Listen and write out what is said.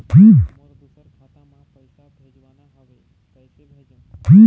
मोर दुसर खाता मा पैसा भेजवाना हवे, कइसे भेजों?